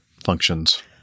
functions